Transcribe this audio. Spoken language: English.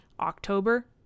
October